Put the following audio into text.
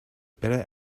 better